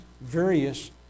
various